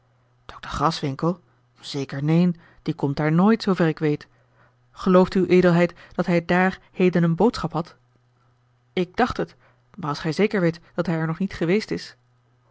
dokter graswinckel zeker neen die komt daar nooit zoover ik weet gelooft uwe edelheid dat hij dààr heden eene boodschap had ik dacht het maar als gij zeker weet dat hij er nog niet geweest is